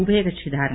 ഉഭയകക്ഷി ധാരണ